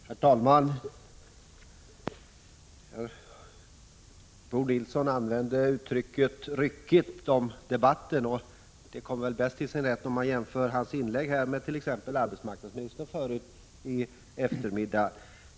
Herr talman! Bo Nilsson använde uttrycket ryckigt om debatten. Detta kommer bäst till sin rätt om man jämför hans inlägg med exempelvis arbetsmarknadsministerns tidigare i dag.